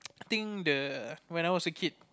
I think the when I was a kid